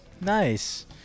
Nice